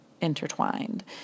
intertwined